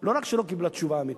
לא רק שלא קיבלה תשובה אמיתית,